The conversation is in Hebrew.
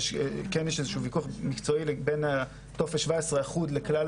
שכן יש איזה שהוא ויכוח מקצועי לגבי טופס 17 אחוד לכל כלל